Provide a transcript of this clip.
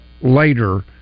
later